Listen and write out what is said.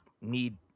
need